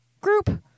Group